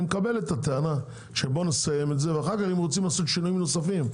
מקבל את הטענה שנסיים את זה ואחר כך אם רוצים לעשות שינויים נוספים,